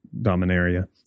Dominaria